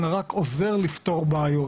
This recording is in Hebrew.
אלא רק עוזר לפתור בעיות